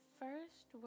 first